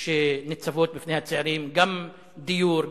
שניצבות בפני הצעירים: גם דיור,